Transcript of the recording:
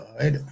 right